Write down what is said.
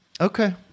okay